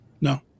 No